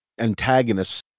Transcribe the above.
antagonists